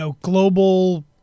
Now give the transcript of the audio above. global